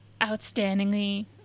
outstandingly